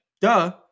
Duh